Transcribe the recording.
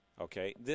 Okay